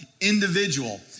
individual